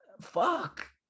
fuck